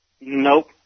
Nope